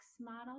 model